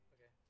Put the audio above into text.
Okay